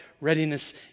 readiness